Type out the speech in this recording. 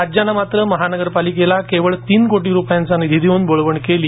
राज्यानं मात्र महापालिकेला केवळ तीन कोटी रुपयांचा निधी देऊन बोळवण केली